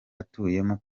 atuyemo